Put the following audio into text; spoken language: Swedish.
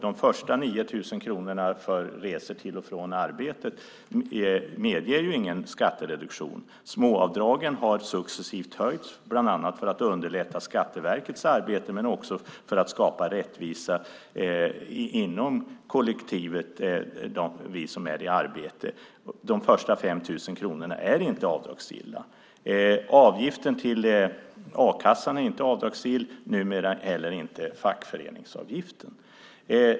De första 9 000 kronorna för resor till och från arbetet medger ingen skattereduktion. Småavdragen har successivt höjts, bland annat för att underlätta Skatteverkets arbete men också för att skapa rättvisa inom kollektivet, alltså för oss som är i arbete. De första 5 000 kronorna är inte avdragsgilla. Avgiften till a-kassan är inte avdragsgill och numera inte heller fackföreningsavgiften.